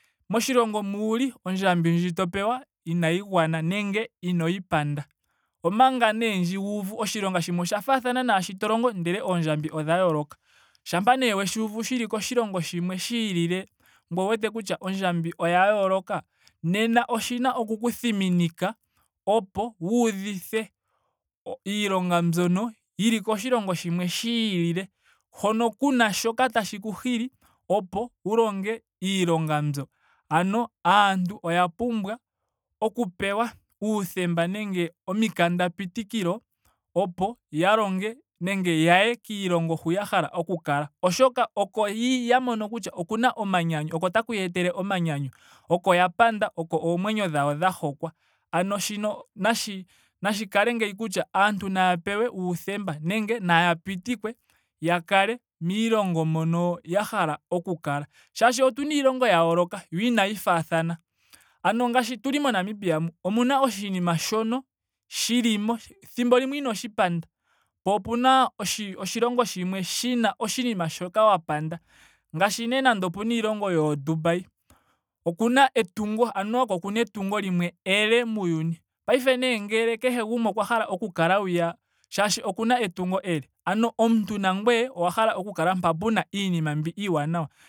Moshilongo mu wuli ondjambi ndji to pewa inayi gwana nenge inoyi panda. Omanga nee ndji wuuvu oshilonga shimwe osha faathana naashi to longo ndele oondjambi odha yooloka. Shampa nee weshi uvu shili koshilongo shimwe shiilile. ngoye owu wete kutya ondjambi oya yooloka. nena oshina oku ku thiminika opo wuudhithe iilonga mbyono yili koshilongo shimwe shiilile hono. hoka kuna shoka tashi ku hili opo wu longe iilonga mbyo. Ano aantu oya pumbwa oku pewa uuthemba nenge omikanda pitikilo opo ya longe nenge yaye kiilongo ho ya hala okukala oshoka oko ya mono kutya okuna omanyanyu. oko taku ya etele omanyanyu oko ya panda. oko oomwenyo dhawo dha hokwa. Ano shino nashi nashi kale ngeyi kutya aantu naya pewe uuthemba nenge naya pitikwe ya kale miilongo mono ya hala oku kala. Shaashi otuna iilongo ya yooloka. yo inayi faathana. Ano ngaashi yuli mo namibia mu omuna oshinima shono shilimo. thimbo limwe inoshi panda. po opena oshi oshilongo shimwe shina oshinima shoka wa panda. ngaashi nee nando opena iilongo yoo dubai. okuna etungo. ano oko kuna etungo etungo limwe ele muuyuni. paife nee ngele kehe gumwe okwa hala oku kala hwiya. shaashi okuna etungo ele. ano omuntu nangweye owa hala oku kala mpoka pena iinima iiwanawa